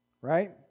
Right